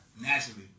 naturally